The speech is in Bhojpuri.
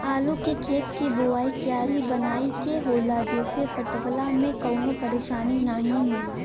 आलू के खेत के बोवाइ क्यारी बनाई के होला जेसे पटवला में कवनो परेशानी नाहीम होला